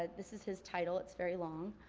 ah this is his title, it's very long.